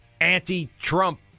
anti-Trump